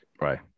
Right